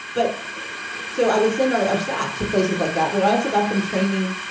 but so i would send our staff to places like that, but i also got them training.